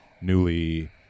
newly